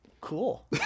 Cool